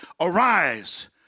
Arise